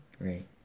right